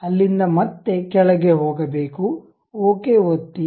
ಅಲ್ಲಿಂದ ಮತ್ತೆ ಕೆಳಗೆ ಹೋಗಬೇಕು ಓಕೆ ಒತ್ತಿ